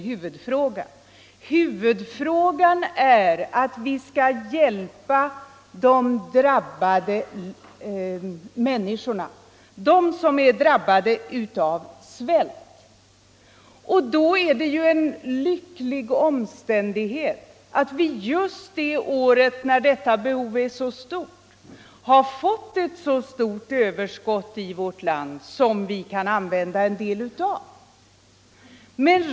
Huvudfrågan är hur vi skall kunna hjälpa de människor som är drabbade av svält. Då är det en lycklig omständighet att vi just det år när detta hjälpbehov är så omfattande har fått ett så stort spannmålsöverskott i vårt land av vilket vi kan använda en del på detta sätt.